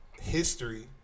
history